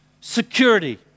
security